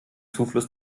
zufluss